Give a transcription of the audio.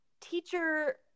teacher